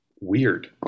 weird